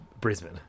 Brisbane